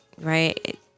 right